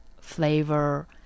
flavor